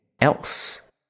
else